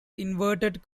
inverted